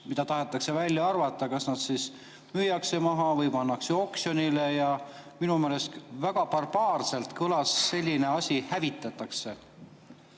mida tahetakse [kogust] välja arvata, kas nad siis müüakse maha või pannakse oksjonile. Ja minu meelest väga barbaarselt kõlas see, et need hävitatakse.